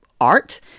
art